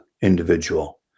individual